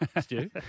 Stu